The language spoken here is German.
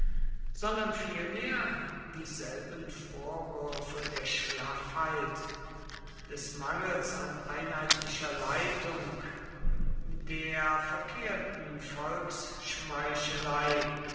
sondern vielmehr dieselben vorwürfe der schlaffheit des mangels an einheitlicher leitung der verkehrten